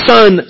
Son